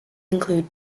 include